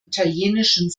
italienischen